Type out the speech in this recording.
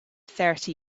thirty